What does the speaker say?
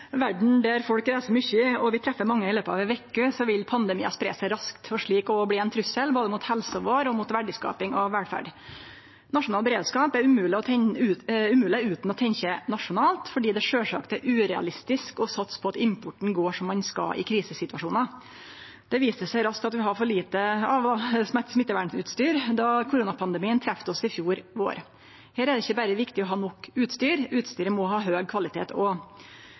der folk reiser mykje og vi treffer mange i løpet av ei veke, vil pandemiar spreie seg raskt og slik bli ein trussel både mot helsa vår og mot verdiskaping og velferd. Nasjonal beredskap er umogleg utan å tenkje nasjonalt, fordi det sjølvsagt er urealistisk å satse på at importen går som han skal i krisesituasjonar. Det viste seg raskt at vi hadde for lite smittevernutstyr då koronapandemien trefte oss i fjor vår. Her er det ikkje berre viktig å ha nok utstyr, utstyret må ha høg kvalitet òg. Vi i Senterpartiet har lagt fram dette forslaget om nasjonal beredskap og